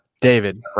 David